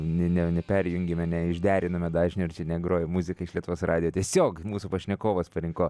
ni ne neperjungėme neišderinome dažnių ir negroja muzika iš lietuvos radijo tiesiog mūsų pašnekovas parinko